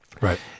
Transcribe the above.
Right